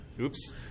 oops